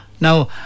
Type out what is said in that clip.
now